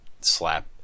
slap